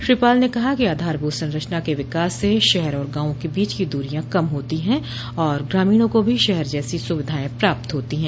श्री पाल ने कहा कि आधारभूत संरचना के विकास से शहर और गांवों के बीच की दूरियां कम होती हैं और ग्रामीणों को भी शहर जैसी सुविधाएं प्राप्त होती हैं